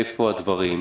איפה הדברים,